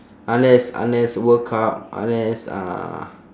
unless unless world cup unless uh